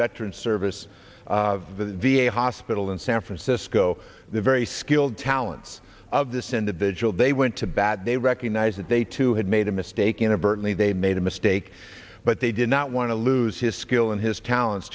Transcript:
veterans service of the v a hospital in san francisco the very skilled talents of this individual they went to bat they recognize that they too had made a mistake inadvertently they made a mistake but they did not want to lose his skill and his talents